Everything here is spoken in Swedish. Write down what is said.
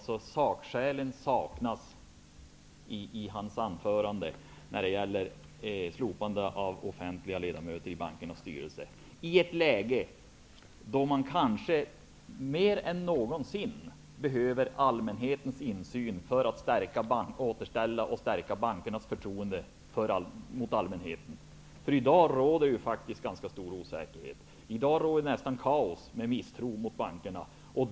Sakskälen saknas alltså i hans anförande när det gäller slopande av offentliga företrädare i bankernas styrelse, i ett läge då man kanske mer än någonsin behöver allmänhetens insyn för att återställa och stärka förtroendet för bankerna hos allmänheten. I dag råder faktiskt ganska stor osäkerhet, nästan kaos, med misstroende mot bankerna.